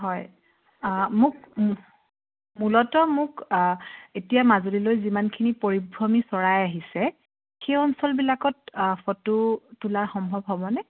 হয় মোক মূলতঃ মোক এতিয়া মাজুলীলৈ যিমানখিনি পৰিভ্ৰমী চৰাই আহিছে সেই অঞ্চলবিলাকত ফটো তোলা সম্ভৱ হ'বনে